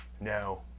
No